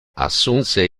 assunse